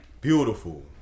beautiful